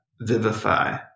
vivify